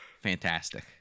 fantastic